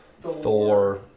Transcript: Thor